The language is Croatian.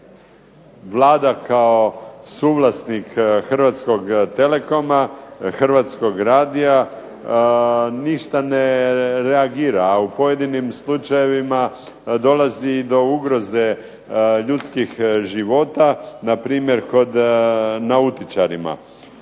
Vlada kao suvlasnik "Hrvatskog Telekoma", "Hrvatskog Radija" ništa ne reagira, a u pojedinim slučajevima dolazi i do ugroze ljudskih života, npr. kod nautičara.